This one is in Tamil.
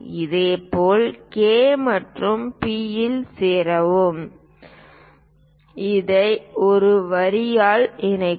இதேபோல் K மற்றும் P இல் சேரவும் இதை ஒரு வரியால் இணைக்கவும்